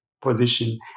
position